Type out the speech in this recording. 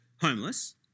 Homeless